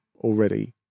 already